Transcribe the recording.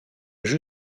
jeu